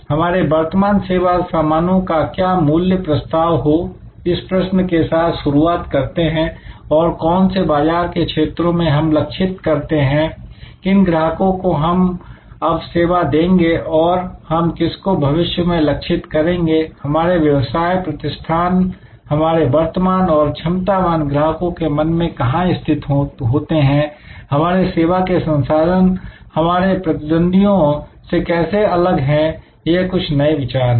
हमारे वर्तमान सेवा सामानों का क्या मूल्य प्रस्ताव हो इस प्रश्न के साथ शुरुआत करते हैं और कौन से बाजार के क्षेत्रों को हम लक्षित करते हैं किन ग्राहकों को हम अब सेवा देंगे और हम किसको भविष्य में लक्षित करेंगे हमारे व्यवसाय प्रतिष्ठान हमारे वर्तमान और क्षमतावान ग्राहकों के मन में कहां स्थित होते हैं हमारे सेवा के संसाधन हमारे प्रतिद्वंदीयों से कैसे अलग हैं यह कुछ नए विचार हैं